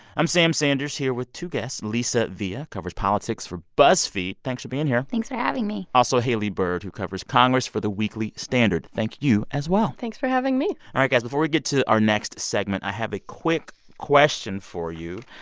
i'm sam sanders here with two guests. ah villa covers politics for buzzfeed. thanks for being here thanks for having me. also, haley byrd, who covers congress for the weekly standard. thank you, as well thanks for having me all right, guys, before we get to our next segment, i have a quick question for you.